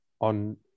on